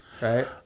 right